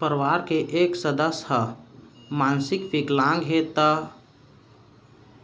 परवार के एक सदस्य हा मानसिक विकलांग हे त